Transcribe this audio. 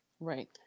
Right